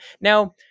Now